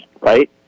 right